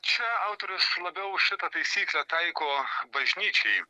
čia autorius labiau šitą taisyklę taiko bažnyčiai